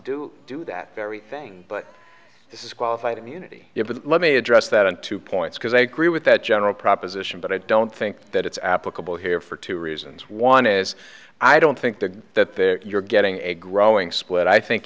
do do that very thing but this is qualified immunity here but let me address that on two points because i agree with that general proposition but i don't think that it's applicable here for two reasons one is i don't think the that you're getting a growing split i think